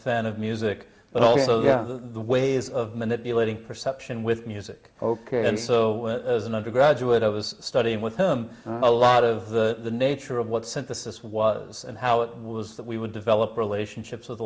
fan of music but also the ways of manipulating perception with music ok and so as an undergraduate i was studying with a lot of the nature of what synthesis was and how it was that we would develop relationships with